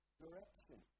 direction